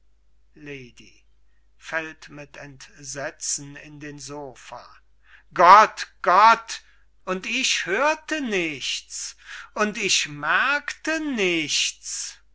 gott gott und ich hörte nichts und ich merkte nichts